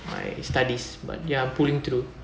my studies but ya pulling through